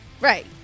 Right